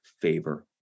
favor